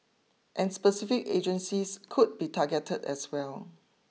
and specific agencies could be targeted as well